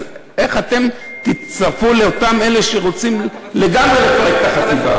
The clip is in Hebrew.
אז איך אתם תצטרפו לאותם אלה שרוצים לגמרי לפרק את החטיבה?